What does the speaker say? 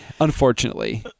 Unfortunately